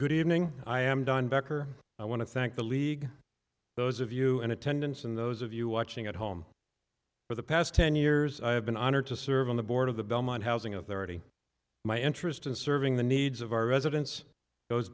good evening i am don becker i want to thank the league those of you in attendance and those of you watching at home for the past ten years i have been honored to serve on the board of the belmont housing authority my interest in serving the needs of our residents goes